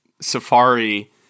Safari